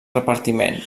repartiment